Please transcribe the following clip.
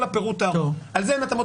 כל הפירוט הארוך על זה אין התאמות